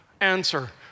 Answer